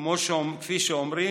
כפי שאומרים,